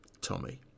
Tommy